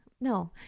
no